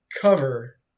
cover